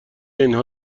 اینها